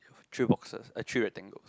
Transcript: three boxes eh three rectangles